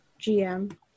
GM